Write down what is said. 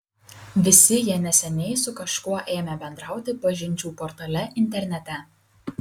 visi jie neseniai su kažkuo ėmė bendrauti pažinčių portale internete